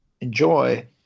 enjoy